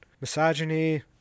Misogyny